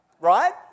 Right